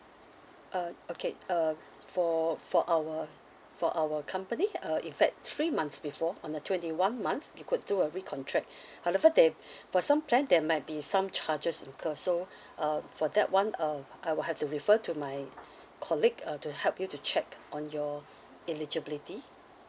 uh okay uh for for our for our company uh in fact three months before on the twenty one month you could do a recontract however there for some plan there might be some charges incur so um for that [one] uh I will have to refer to my colleague uh to help you to check on your eligibility